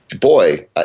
Boy